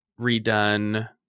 redone